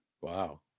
Wow